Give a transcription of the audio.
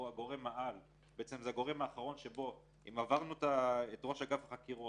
גורם העל והגורם האחרון שאם עברנו את ראש אגף החקירות